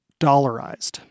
dollarized